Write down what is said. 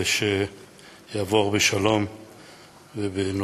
ושיעבור בשלום ובנוחיות.